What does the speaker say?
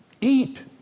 Eat